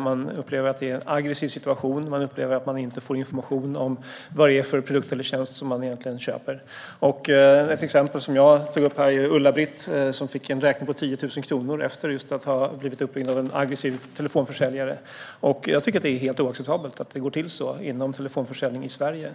Man upplever att det är en aggressiv situation och att man inte får information om vilken produkt eller tjänst man egentligen köper. Ett exempel är det som står i tidningen som jag nu visar upp. Ulla-Britt fick en räkning på 10 000 kronor efter att ha blivit uppringd av en aggressiv telefonförsäljare. Jag tycker att det är helt oacceptabelt att det går till på det här sättet inom telefonförsäljning i Sverige.